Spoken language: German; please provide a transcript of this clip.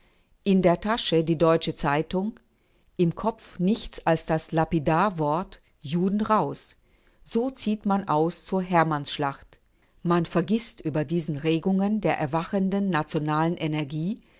in der tasche die deutsche zeitung im kopf nichts als das lapidarwort juden raus so zieht man aus zur hermannsschlacht man vergißt über diesen regungen der erwachenden nationalen energie